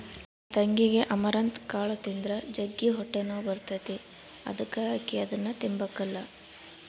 ನನ್ ತಂಗಿಗೆ ಅಮರಂತ್ ಕಾಳು ತಿಂದ್ರ ಜಗ್ಗಿ ಹೊಟ್ಟೆನೋವು ಬರ್ತತೆ ಅದುಕ ಆಕಿ ಅದುನ್ನ ತಿಂಬಕಲ್ಲ